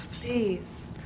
please